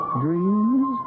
dreams